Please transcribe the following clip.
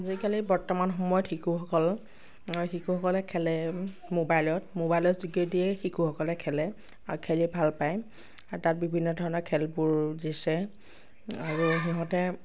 আজিকালি বৰ্তমান সময়ত শিশুসকল শিশুসকলে খেলে মোবাইলত মোবাইলৰ যোগেদিয়েই শিশুসকলে খেলে আৰু খেলি ভাল পায় আৰু তাত বিভিন্ন ধৰণৰ খেলবোৰ দিছে আৰু সিহঁতে